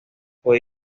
fue